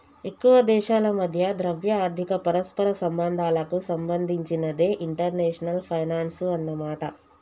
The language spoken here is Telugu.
ఎక్కువ దేశాల మధ్య ద్రవ్య ఆర్థిక పరస్పర సంబంధాలకు సంబంధించినదే ఇంటర్నేషనల్ ఫైనాన్సు అన్నమాట